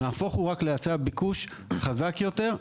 נהפוך הוא רק לייצר ביקוש חזק יותר.